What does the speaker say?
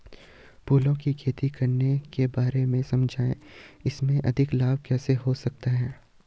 फूलों की खेती करने के बारे में समझाइये इसमें अधिक लाभ कैसे हो सकता है?